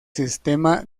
sistema